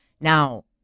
Now